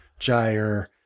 Jire